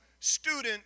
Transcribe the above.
Student